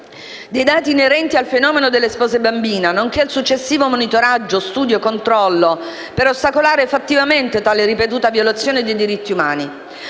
dei dati inerenti al fenomeno delle spose bambine, nonché al successivo monitoraggio, studio, controllo, per ostacolare fattivamente tale ripetuta violazione dei diritti umani;